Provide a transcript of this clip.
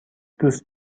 دوست